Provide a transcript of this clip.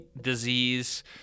disease